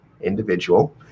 individual